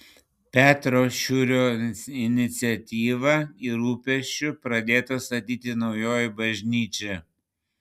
petro šiurio iniciatyva ir rūpesčiu pradėta statyti naujoji bažnyčia